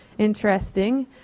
interesting